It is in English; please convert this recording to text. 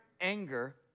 anger